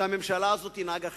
שהממשלה הזאת תנהג אחרת.